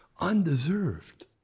undeserved